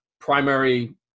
primary